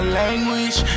language